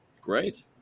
Great